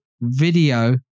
video